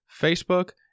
Facebook